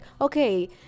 okay